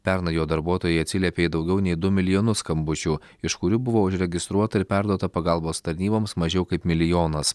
pernai jo darbuotojai atsiliepė į daugiau nei du milijonus skambučių iš kurių buvo užregistruota ir perduota pagalbos tarnyboms mažiau kaip milijonas